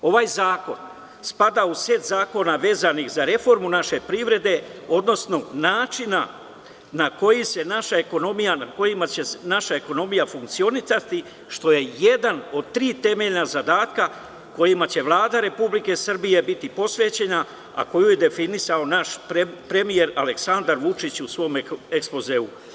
Ovaj zakon spada u set zakona vezanih za reformu naše privrede, odnosno načina na kojima će naša ekonomija funkcionisati, što je jedan od tri temeljna zadatka kojima će Vlada Republike Srbije biti posvećena, a koje je definisao naš premijer Aleksandar Vučić u svom ekspozeu.